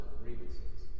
grievances